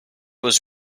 was